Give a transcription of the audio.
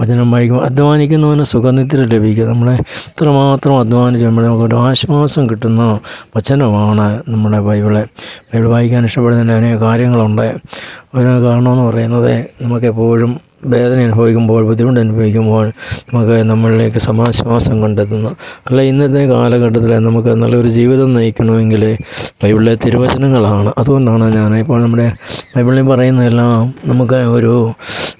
വചനമായി അദ്ധ്വാനിക്കുന്നവന് സുഖനിദ്ര ലഭിക്കും നമ്മളെ എത്ര മാത്രം അദ്ധ്വാനിച്ചു നമ്മൾ ഒരു ആശ്വാസം കിട്ടുന്ന ആ വചനമാണ് നമ്മുടെ ബൈബിൾ ബൈബിൾ വായിക്കാൻ ഇഷ്ടപ്പെടുന്നതിന് കുറേ കാര്യങ്ങളൊണ്ട് അതിന് കാരണമെന്ന് പറയുന്നത് നമുക്ക് എപ്പോഴും വേദന അനുഭവിക്കുമ്പോൾ ബുദ്ധിമുട്ട് അനുഭവിക്കുമ്പോൾ അത് നമ്മുടെയൊക്കെ സമാശ്വാസം കണ്ടെത്തുന്നത് അല്ലേ ഇന്നത്തെ കാലഘട്ടത്തിൽ നമുക്ക് നല്ല ഒരു ജീവിതം നയിക്കണമെങ്കിൽ അതിലുള്ള തിരുവചനങ്ങളാണ് അതുകൊണ്ടാണ് ഞാൻ ഇപ്പോൾ നമ്മുടെ ബൈബിളിൽ പറയുന്നതെല്ലാം നമുക്ക് ഒരൂ